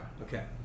Okay